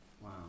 Wow